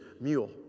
mule